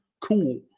cool